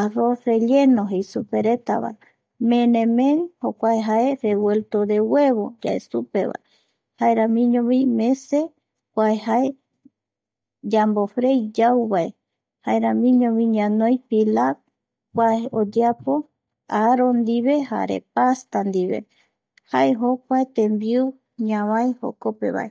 arroz reeleno jei supe retava, merenem jokuae jae revuelto de huevo yae supevae, jaeramiñovi nese kua jae yambofrei yauvae jaeramiñovi ñanoi filac kua oyeapo aro ndive jare pasta ndive, jae jokua tembiu ñavae jokopevae